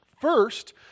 First